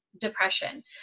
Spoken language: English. depression